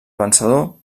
vencedor